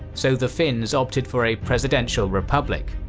so the finns opted for a presidential republic.